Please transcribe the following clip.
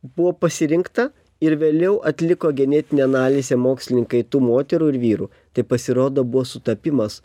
buvo pasirinkta ir vėliau atliko genetinę analizę mokslininkai tų moterų ir vyrų tai pasirodo buvo sutapimas